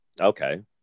Okay